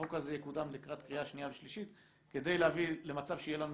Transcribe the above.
החוק הזה יקודם לקראת קריאה שנייה ושלישית כדי להביא למצב שיהיה לנו,